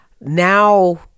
now